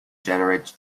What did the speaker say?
generates